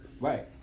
Right